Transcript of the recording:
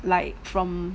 like from